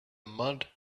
mud